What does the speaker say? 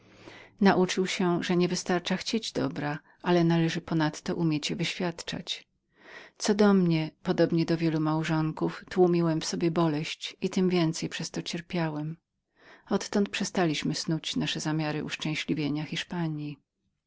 nauczył się że nie wystarczało chcieć dobra ale należało umieć je wykonywać co do mnie podobnie do wielu małżonków tłumiłem w sobie boleść i tem więcej jeszcze cierpiałem odtąd przestaliśmy marzyć o naszych zamiarach uszczęśliwienia hiszpanji